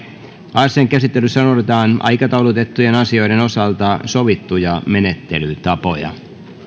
asian käsittelyssä noudatetaan aikataulutettujen asioiden osalta sovittuja menettelytapoja